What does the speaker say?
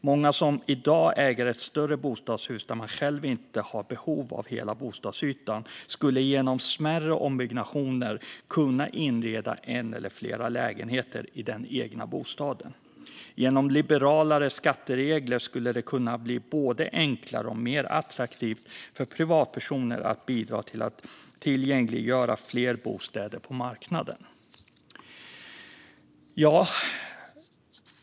Många som i dag äger ett större bostadshus där de själva inte har behov av hela bostadsytan skulle genom smärre ombyggnationer kunna inreda en eller flera lägenheter i den egna bostaden. Genom liberalare skatteregler skulle det kunna bli både enklare och mer attraktivt för privatpersoner att bidra till att tillgängliggöra fler bostäder på marknaden.